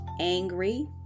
angry